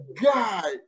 God